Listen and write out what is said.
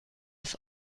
des